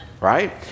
right